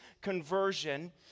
conversion